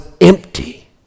empty